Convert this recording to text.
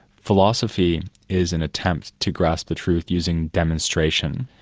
philosophy is an attempt to grasp the truth using demonstration.